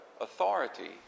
authority